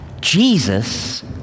Jesus